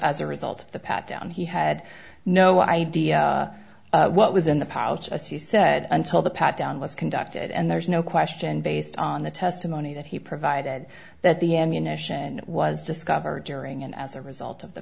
as a result of the pat down he had no idea what was in the pouch as he said until the pat down was conducted and there's no question based on the testimony that he provided that the ammunition was discovered during and as a result of the